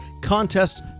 contests